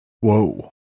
Whoa